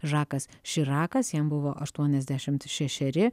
žakas širakas jam buvo aštuoniasdešimt šešeri